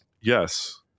yes